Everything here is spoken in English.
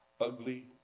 ugly